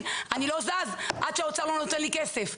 אני לא זז עד שהאוצר לא נותן לי כסף.